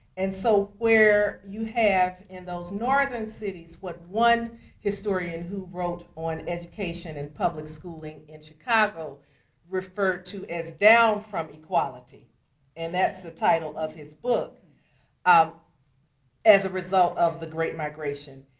and so where you have in those northern cities what one historian who wrote on education and public schooling in chicago referred to as down from equality and that's the title of his book as a result of the great migration.